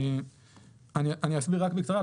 אסביר בקצרה,